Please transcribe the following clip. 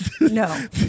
No